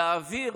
להעביר